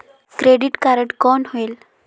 Credit card कौन होएल?